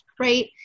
right